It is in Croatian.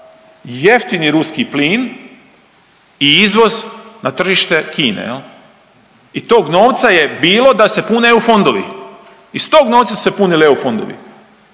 jeftini ruski plin i izvoz na tržište Kine i tog novca je bilo da se pune EU fondovi, iz tog novca su se punili EU fondovi